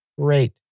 great